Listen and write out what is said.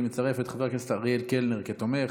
אני מצרף את חבר הכנסת אריאל קלנר כתומך,